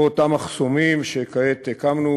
או אותם מחסומים שכעת הקמנו,